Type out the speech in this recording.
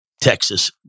Texas